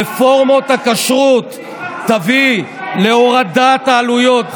רפורמת הכשרות תביא להורדת העלויות.